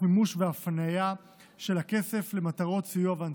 מימוש והפניה של הכסף למטרות סיוע והנצחה.